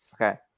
Okay